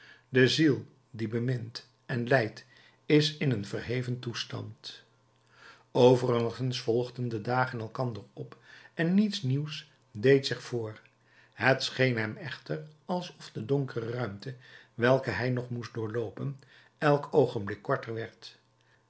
de ziel die bemint en lijdt is in een verheven toestand overigens volgden de dagen elkander op en niets nieuws deed zich voor het scheen hem echter alsof de donkere ruimte welke hij nog moest doorloopen elk oogenblik korter werd